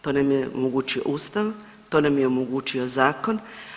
To nam je omogućio Ustav, to nam je omogućio zakon.